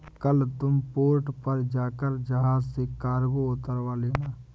कल तुम पोर्ट पर जाकर जहाज से कार्गो उतरवा लेना